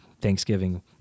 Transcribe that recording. Thanksgiving